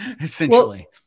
essentially